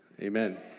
Amen